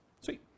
Sweet